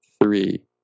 three